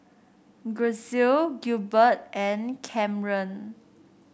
Grisel Gilbert and Camren